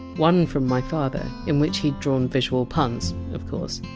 one from my father, in which he'd drawn visual puns. of course.